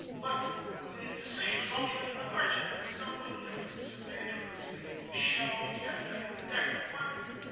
but the decision has always been in the margin. some little difference has made a difference. the shells penetrated the deck of one